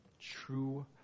true